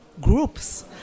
groups